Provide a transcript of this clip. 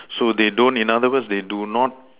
so they don't in another word they do not